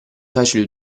facile